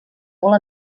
molt